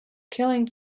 killing